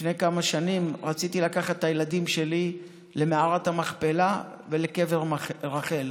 לפני כמה שנים רציתי לקחת את הילדים שלי למערת המכפלה ולקבר רחל.